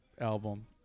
album